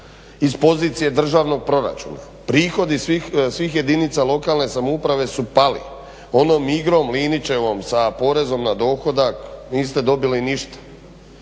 iz pozicije državnog proračuna. Prihodi svih jedinica lokalne samouprave su pali. Onom igrom Linićevom sa porezom na dohodak niste dobili ništa.